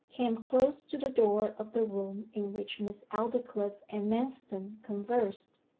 came close to the door of the room in which miss aldclyffe and manston conversed.